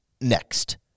next